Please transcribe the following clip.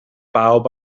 bawb